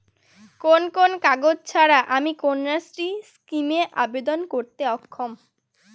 কোন কোন কাগজ ছাড়া আমি কন্যাশ্রী স্কিমে আবেদন করতে অক্ষম?